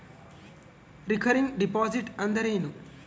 Recurring deposit ಅಂದರೇನು?